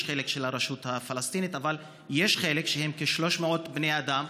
יש חלק של הרשות הפלסטינית אבל יש חלק של כ-300 בני אדם,